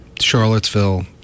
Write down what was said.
Charlottesville